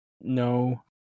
No